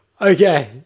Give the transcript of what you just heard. Okay